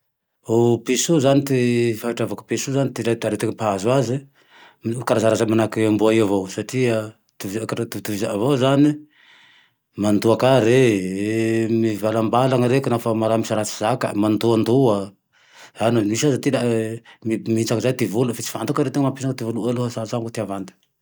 O piso io zane, ty fahatreavako i piso io zane, ty re ty arete mpahazo aze noho karazarazany manahike amboa io avao. Satria itovy ak-itovitovizany avao zane, mandoa ka re mivalamba reky naho ka misy raha tsy zakay, mandoandoa, ano. Misy aza ty ilae mihintsa amin'izay ty voloy fe tsy fantako ty e mampihintsa ty voloy aloha fa sarotsy ty havandy.